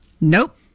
nope